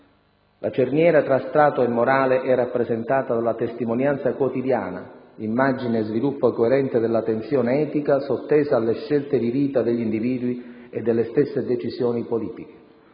La cerniera tra Stato e morale è rappresentata dalla testimonianza quotidiana, immagine e sviluppo coerente della tensione etica sottesa alle scelte di vita degli individui e delle stesse decisioni politiche.